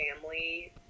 family